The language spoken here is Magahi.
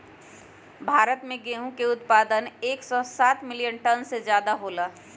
भारत में गेहूं के उत्पादन एकसौ सात मिलियन टन से ज्यादा होलय है